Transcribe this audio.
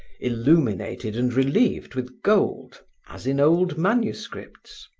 illuminated and relieved with gold, as in old manuscripts.